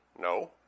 No